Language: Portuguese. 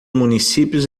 municípios